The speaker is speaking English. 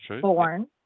born